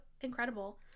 incredible